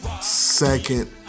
second